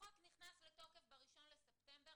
החוק נכנס לתוקף ב-1 לספטמבר,